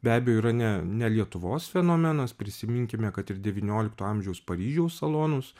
be abejo yra ne ne lietuvos fenomenas prisiminkime kad ir devyniolikto amžiaus paryžiaus salonus